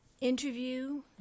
Interview